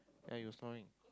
ya you were snoring